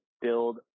build